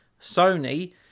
Sony